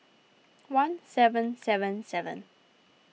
one seven seven seven